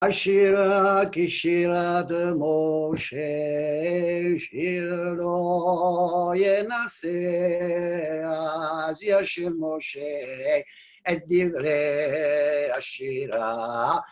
השירה כי שירת משה, שיר לא ינסה אז ישיר משה את דברי השירה